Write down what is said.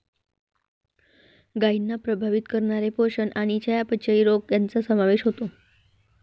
गायींना प्रभावित करणारे पोषण आणि चयापचय रोग यांचा समावेश होतो